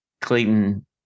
Clayton